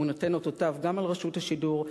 הוא נותן אותותיו גם ברשות השידור,